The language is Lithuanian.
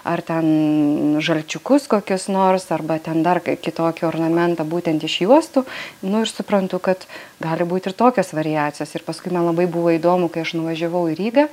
ar ten žalčiukus kokius nors arba ten dar kitokį ornamentą būtent iš juostų nu ir suprantu kad gali būt ir tokios variacijos ir paskui man labai buvo įdomu kai aš nuvažiavau į rygą